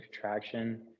traction